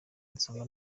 nsanga